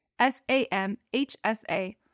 SAMHSA